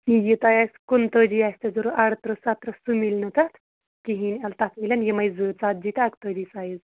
یہِ تۄہہِ آسہِ کُنتٲجی آسہِ تۄہہِ ضروٗرت اَرتٕرٛہ سَتترٕٛہ سُہ یِیہِ نہٕ تَتھ کِہیٖنٛۍ اَدٕ تَتھ میلن یِمٕے زٕ ژَتجی تہٕ اَکتٲجی سایز